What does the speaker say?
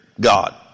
God